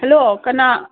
hello ꯀꯅꯥ